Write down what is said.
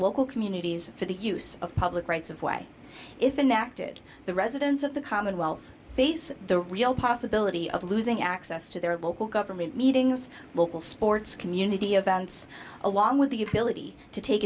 local communities for the use of public rights of way if enacted the residents of the commonwealth face the real possibility of losing access to their local government meetings local sports community events along with the ability to take